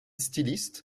styliste